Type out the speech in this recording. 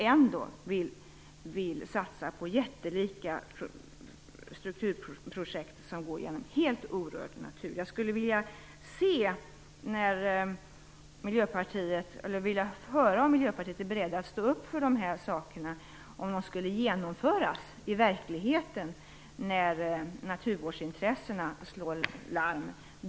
Ändå vill man satsa på jättelika strukturprojekt som går igenom helt orörd natur. Jag skulle vilja höra om Miljöpartiet är berett att stå upp för de här sakerna när naturvårdsintressena slår larm, vilket de skulle göra om projekten genomfördes i verkligheten.